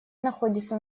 находится